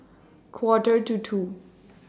Quarter to two